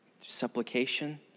supplication